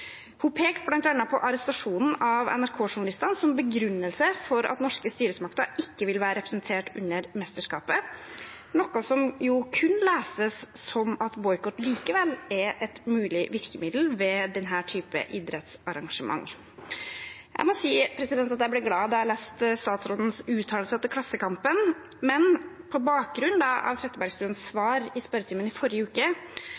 Hun pekte bl.a. på arrestasjonen av NRK-journalistene som begrunnelse for at norske styresmakter ikke ville være representert under mesterskapet, noe som jo kunne leses som at boikott likevel er et mulig virkemiddel ved denne typen idrettsarrangementer. Jeg må si at jeg ble glad da jeg leste statsrådens uttalelser til Klassekampen, men på bakgrunn av statsråd Trettebergstuens svar i spørretimen forrige uke,